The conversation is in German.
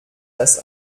das